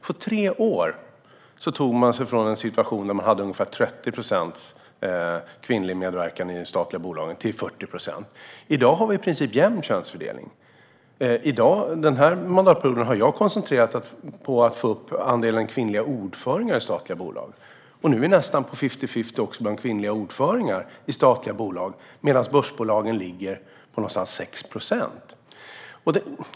På tre år tog man sig från en situation med ungefär 30 procents kvinnlig medverkan i de statliga bolagen till 40 procent. I dag har vi en i princip jämn könsfördelning. Den här mandatperioden har jag koncentrerat mig på att få upp andelen kvinnliga ordförande i statliga bolag. Nu är vi nästan på fifty-fifty också bland kvinnliga ordförande i statliga bolag medan börsbolagen ligger på någonstans runt 6 procent.